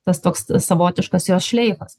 tas toks savotiškas jos šleifas